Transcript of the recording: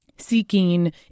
seeking